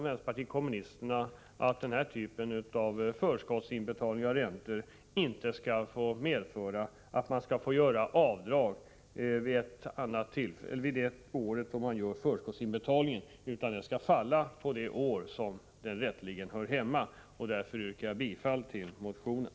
Vänsterpartiet kommunisterna anser alltså att denna typ av förskottsinbetalning av räntor inte skall få medföra att man får rätt att göra avdrag det året man gör förskottsinbetalningen, utan den skall falla på det år där den rätteligen hör hemma. Därför yrkar jag bifall till motionen.